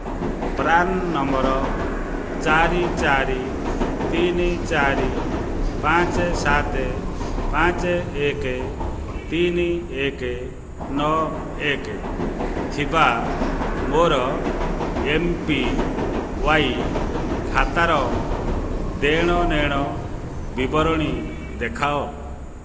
PRAN number ଚାରି ଚାରି ତିନି ଚାରି ପାଞ୍ଚ ସାତ ପାଞ୍ଚ ଏକ ତିନି ଏକ ନଅ ଏକ ଥିବା ମୋର ଏ ପି ୱାଇ ଖାତାର ଦେଣନେଣ ବିବରଣୀ ଦେଖାଅ